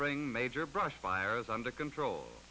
bring major brush fires under control